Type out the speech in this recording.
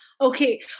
okay